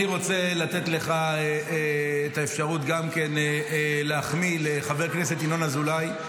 אני רוצה לתת לך את האפשרות גם כן להחמיא לחבר הכנסת ינון אזולאי,